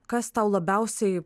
kas tau labiausiai